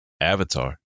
avatar